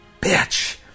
bitch